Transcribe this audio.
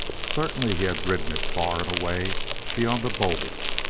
certainly he had ridden it far and away beyond the boldest,